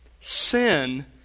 Sin